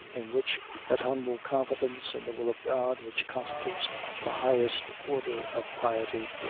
in which that humble confidence in the will of god which constitutes the highest order of piety,